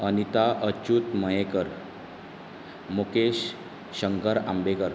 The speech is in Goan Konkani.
अनीता अच्चूत मयेकर मुकेश शंकर आंबेकर